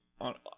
on